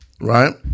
right